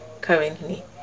currently